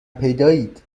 پیدایید